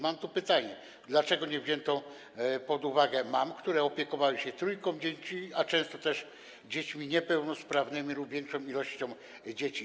Mam tu pytanie: Dlaczego nie wzięto pod uwagę mam, które opiekowały się trójką dzieci, a często też dziećmi niepełnosprawnymi, lub większą ilością dzieci?